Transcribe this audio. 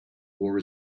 war